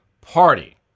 party